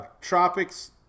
tropics